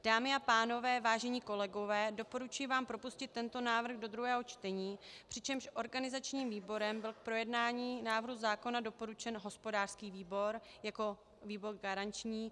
Dámy a pánové, vážení kolegové, doporučuji vám propustit tento návrh do druhého čtení, přičemž organizačním výborem byl k projednání návrhu zákona doporučen hospodářský výbor jako výbor garanční.